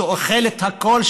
שאוכלת הכול,